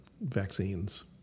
vaccines